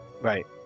Right